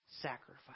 sacrifice